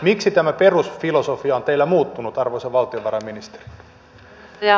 miksi tämä perusfilosofia on teillä muuttunut arvoisa valtiovarainministeri